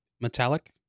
Metallic